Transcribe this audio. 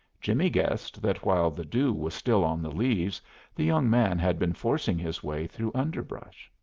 jimmie guessed that while the dew was still on the leaves the young man had been forcing his way through underbrush.